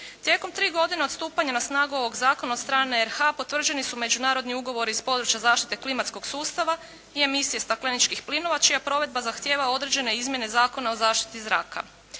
Tijekom 3 godine od stupanja na snagu ovog zakona od strane RH potvrđeni su međunarodni ugovori s područja zaštite klimatskog sustava i emisije stakleničkih plinova čija provedba zahtjeva određene izmjene Zakona o zaštiti zraka.